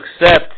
accept